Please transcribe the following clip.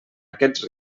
aquests